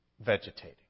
vegetating